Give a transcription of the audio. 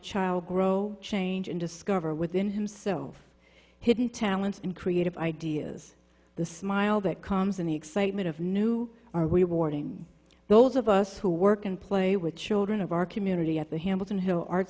child grow change and discover within himself hidden talents and creative ideas the smile that comes in the excitement of new are we warding those of us who work and play with children of our community at the hamilton hill art